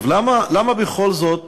למה בכל זאת